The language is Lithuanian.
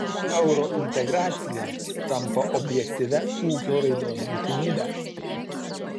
eurointegracija tampa objektyvia ūkio raidos būtinybe